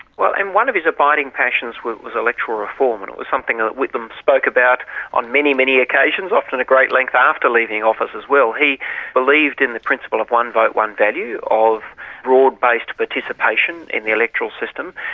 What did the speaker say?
and one of his abiding passions was was electoral reform, and it was something that whitlam spoke about on many, many occasions, often at great length, after leaving office as well. he believed in the principle of one vote, one value, of broad-based participation in the electoral system.